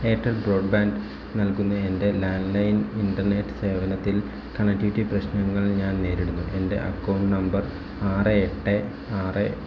Airtel broadband നല്കുന്ന എൻ്റെ landline internet സേവനത്തിൽ കണക്റ്റിവിറ്റി പ്രശ്നങ്ങൾ ഞാൻ നേരിടുന്നു എൻ്റെ അക്കൗണ്ട് നമ്പർ ആറ് എട്ട് ആറ്